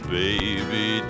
baby